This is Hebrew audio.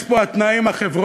יש פה התנאי עם החברות,